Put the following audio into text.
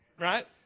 Right